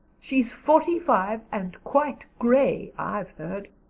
she's forty-five and quite gray, i've heard.